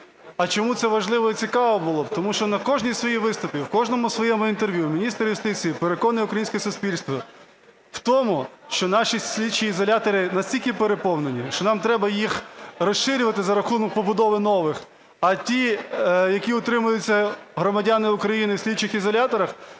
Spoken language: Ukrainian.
А чому це важливо і цікаво було, тому що на кожному своєму виступі, в кожному своєму інтерв'ю міністр юстиції переконує українське суспільство в тому, що наші слідчі ізолятори настільки переповнені, що нам треба їх розширювати за рахунок побудови нових. А тих, які утримуються громадяни України в слідчих ізоляторах,